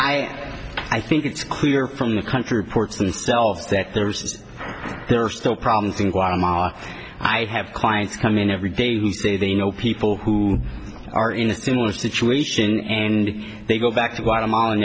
i i think it's clear from the country reports themselves that there's there are still problems in guatemala i have clients come in every day who say they know people who are in a similar situation and they go back to